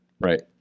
Right